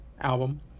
album